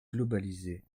globalisées